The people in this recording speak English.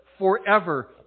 forever